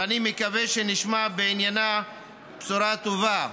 ואני מקווה שנשמע בעניינה בשורה טובה.